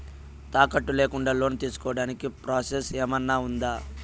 తాకట్టు లేకుండా లోను తీసుకోడానికి ప్రాసెస్ ఏమన్నా ఉందా?